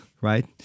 right